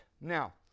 Now